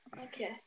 Okay